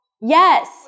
Yes